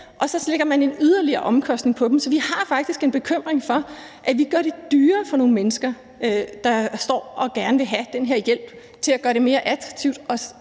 og så lægger man en yderligere omkostning på dem. Så vi har faktisk en bekymring for, at vi gør det dyrere for nogle mennesker, der gerne vil have den her hjælp til at gøre det mere attraktivt at